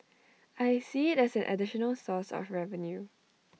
I see IT as an additional source of revenue